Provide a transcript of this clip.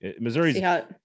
Missouri's